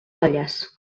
olles